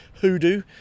hoodoo